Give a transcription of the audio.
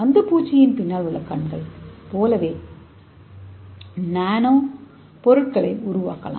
அந்துப்பூச்சி கண்களுக்குப் பின்னால் உள்ள கொள்கையைப் பயன்படுத்துவதன் மூலம் இதேபோன்ற நானோ பொருட்களை உருவாக்கலாம்